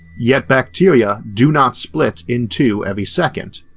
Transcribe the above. yet bacteria do not split in two every second,